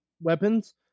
weapons